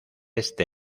este